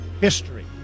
history